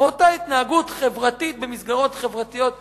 אותה התנהגות חברתית במסגרות חברתיות מקובלות,